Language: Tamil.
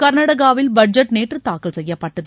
கா்நாடகாவில் பட்ஜெட் நேற்று தாக்கல் செய்யப்பட்டது